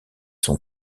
son